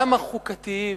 גם החוקתיים,